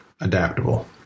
adaptable